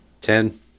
Ten